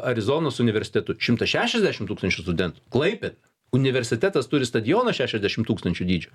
arizonos universitetu šimtas šešiasdešim tūkstančių studentų klaipėda universitetas turi stadioną šešiasdešim tūkstančių dydžio